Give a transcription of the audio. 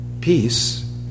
Peace